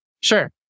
Sure